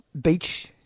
beach